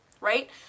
Right